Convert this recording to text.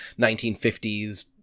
1950s